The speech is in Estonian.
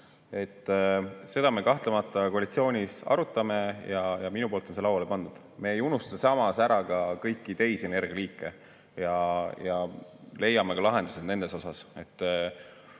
Seda me kahtlemata koalitsioonis arutame ja minu poolt on see lauale pandud. Me ei unusta samas ära kõiki teisi energialiike ja leiame lahendused nendegi jaoks.